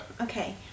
Okay